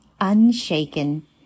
unshaken